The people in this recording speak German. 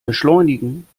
beschleunigen